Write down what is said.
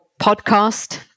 podcast